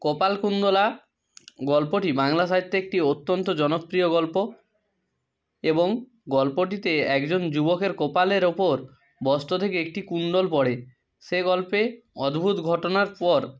কপালকুণ্ডলা গল্পটি বাংলা সাহিত্যে একটি অত্যন্ত জনপ্রিয় গল্প এবং গল্পটিতে একজন যুবকের কপালের ওপর বস্ত্র থেকে একটি কুণ্ডল পড়ে সে গল্পে অদ্ভুত ঘটনার পর